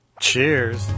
cheers